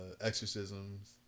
Exorcisms